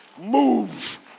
move